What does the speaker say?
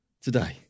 today